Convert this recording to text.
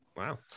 Wow